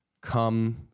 come